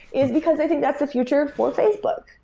is because they think that's the future for facebook.